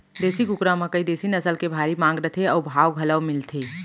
देसी कुकरा म कइ देसी नसल के भारी मांग रथे अउ भाव घलौ मिलथे